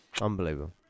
Unbelievable